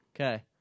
Okay